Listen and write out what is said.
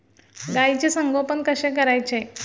गाईचे संगोपन कसे करायचे?